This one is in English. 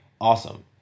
Awesome